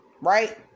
right